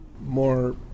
more